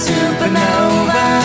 Supernova